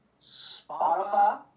Spotify